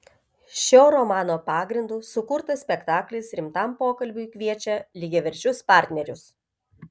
šio romano pagrindu sukurtas spektaklis rimtam pokalbiui kviečia lygiaverčius partnerius